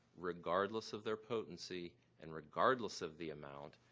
regardless of their potency and regardless of the amount,